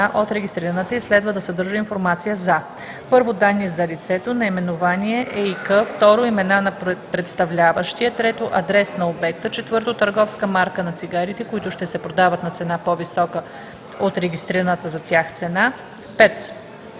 от регистрираната, и следва да съдържа информация за: 1. данни за лицето – наименование, ЕИК; 2. имена на представляващия; 3. адрес на обекта; 4. търговска марка на цигарите, които ще се продават на цена, по-висока от регистрираната за тях цена; 5.